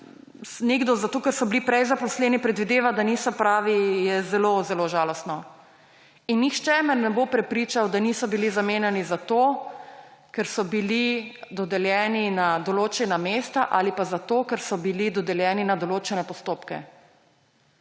nekdo, kjer so bili prej zaposleni, predvideva, da niso pravi, je zelo zelo žalostno. In nihče me ne bo prepričal, da niso bili zamenjani zato, ker so bili dodeljeni na določena mesta, ali pa zato, ker so bili dodeljeni na določene postopke.